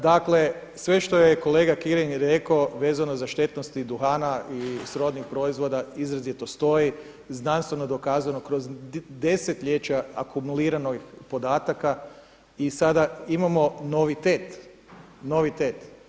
Dakle, sve što je kolega Kirin rekao vezano za štetnosti duhana i srodnih proizvoda izrazito stoji, znanstveno dokazano kroz desetljeća akumulirano podataka i sada imamo novitet, novitet.